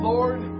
Lord